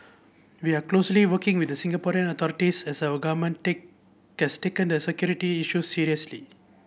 we are closely working with the Singaporean authorities as our government take has taken the security issue seriously